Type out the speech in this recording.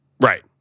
Right